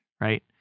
right